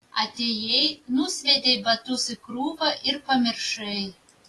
atėjai nusviedei batus į krūvą ir pamiršai